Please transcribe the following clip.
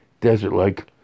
desert-like